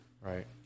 Right